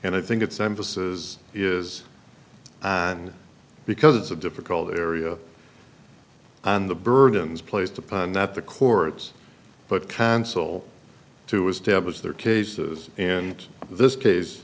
and i think its emphasis is on because it's a difficult area and the burdens placed upon that the courts but cancel to establish their cases and this case